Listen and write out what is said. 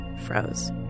froze